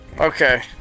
Okay